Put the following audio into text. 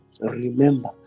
Remember